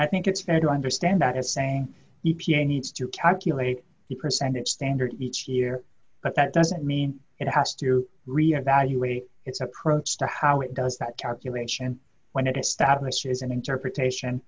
i think it's fair to understand that as saying e p a needs to calculate the percentage standard each year but that doesn't mean it has to re evaluate its approach to how it does that calculation when it establishes an interpretation